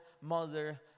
mother